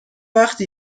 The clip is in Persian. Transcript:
وقتی